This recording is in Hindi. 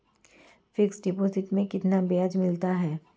फिक्स डिपॉजिट में कितना ब्याज मिलता है?